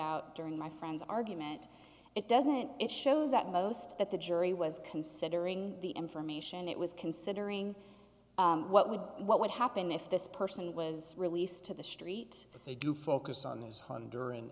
out during my friend's argument it doesn't it shows that most that the jury was considering the information it was considering what would what would happen if this person was released to the street they do focus on this one during